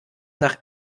nach